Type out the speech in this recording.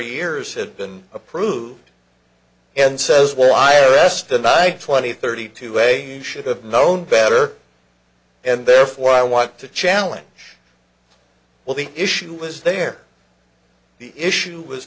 years have been approved and says well i arrest the night twenty thirty two a you should have known better and therefore i want to challenge well the issue was there the issue was